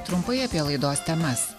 trumpai apie laidos temas